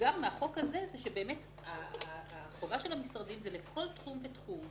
האתגר מהחוק הזה היא החובה של המשרדים לעשות חשיבה לגבי כל תחום ותחום,